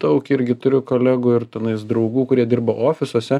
daug irgi turiu kolegų ir tenais draugų kurie dirba ofisuose